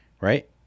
right